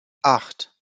acht